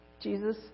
Jesus